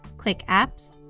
click apps,